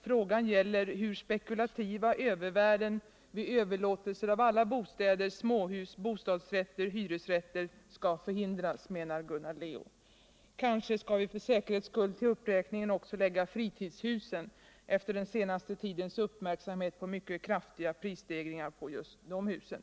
Frågan gäller hur spekulativa övervärden vid överlåtelser av alla bostäder —- småhus, bostadsrätter, hyresrätter — skall förhindras, menar Gunnar Leo. Kanske skall vi för säkerhets skull till uppräkningen också lägga fritidshusen efter den senaste tidens uppmärksamhet på mycket kraftiga prisstegringar på just de husen.